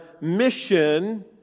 mission